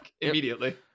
immediately